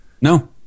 No